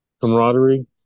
camaraderie